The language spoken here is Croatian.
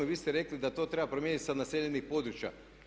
Vi ste rekli da to treba promijeniti sa naseljenih područja.